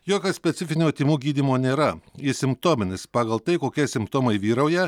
jokio specifinio tymų gydymo nėra jis simptominis pagal tai kokie simptomai vyrauja